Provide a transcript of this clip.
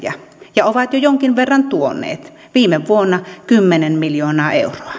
ja ovat jo jonkin verran tuoneet viime vuonna kymmenen miljoonaa euroa